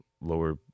lower